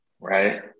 Right